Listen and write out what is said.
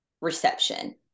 reception